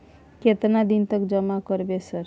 केतना दिन तक जमा करबै सर?